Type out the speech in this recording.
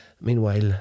Meanwhile